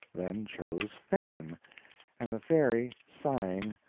then chose fame and the fairy, sighing,